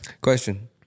Question